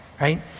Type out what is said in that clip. Right